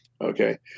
Okay